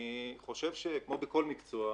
כמו בכל מקצוע,